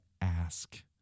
ask